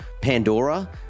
pandora